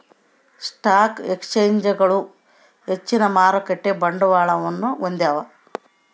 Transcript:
stock ಎಕ್ಸ್ಚೇಂಜ್ಗಳು ಹೆಚ್ಚಿನ ಮಾರುಕಟ್ಟೆ ಬಂಡವಾಳವನ್ನು ಹೊಂದ್ಯಾವ